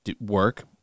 work